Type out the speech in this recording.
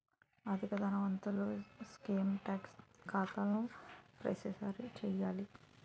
అధిక ధనవంతులు income tax దాఖలు ప్రతిసారి చేయాలి